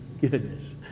Goodness